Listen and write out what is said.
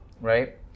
right